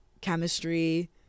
chemistry